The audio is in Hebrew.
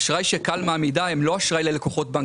האשראי ש-כאל מעמידה הוא לא אשראי ללקוחות בנק דיסקונט.